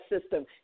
system